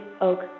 Oak